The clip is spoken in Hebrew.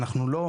אנחנו לא,